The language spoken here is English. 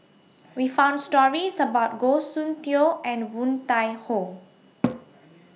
We found stories about Goh Soon Tioe and Woon Tai Ho